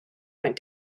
went